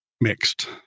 mixed